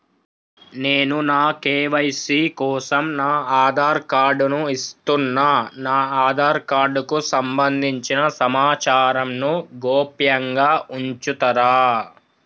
నేను నా కే.వై.సీ కోసం నా ఆధార్ కార్డు ను ఇస్తున్నా నా ఆధార్ కార్డుకు సంబంధించిన సమాచారంను గోప్యంగా ఉంచుతరా?